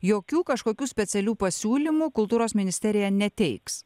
jokių kažkokių specialių pasiūlymų kultūros ministerija neteiks